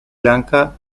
lanka